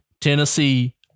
Tennessee